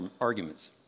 arguments